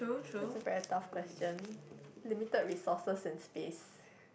that's a very tough question limited resources and space